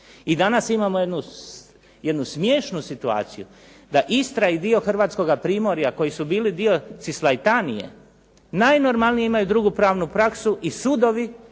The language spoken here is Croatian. I danas imamo jednu smiješnu situaciju, da Istra i dio Hrvatskoga primorja koji su bili dio …/Govornik se ne razumije./… najnormalnije imaju drugu pravnu praksu i sudovi